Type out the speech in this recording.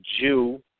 Jew